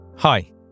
Hi